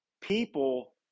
people